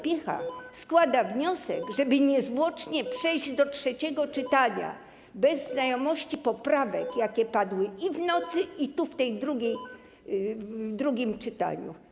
Piecha składa wniosek, żeby niezwłocznie przejść do trzeciego czytania, bez znajomości poprawek, jakie padły i w nocy, i w drugim czytaniu.